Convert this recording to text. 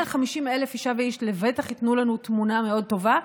ו-150,000 אישה ואיש לבטח ייתנו לנו תמונה מאוד טובה.